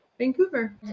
Vancouver